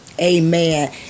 Amen